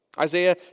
Isaiah